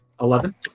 Eleven